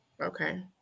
Okay